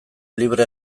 libre